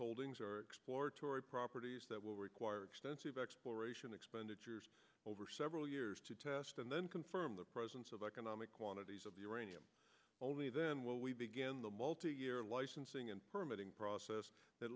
holdings are exploratory properties that will require extensive exploration expenditures over several years to test and then confirm the presence of economic quantities of uranium only then will we begin the multi year licensing and permitting process that